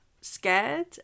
scared